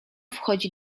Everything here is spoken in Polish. wchodzi